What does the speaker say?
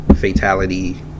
fatality